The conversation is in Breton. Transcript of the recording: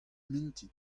mintin